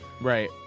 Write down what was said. Right